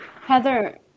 heather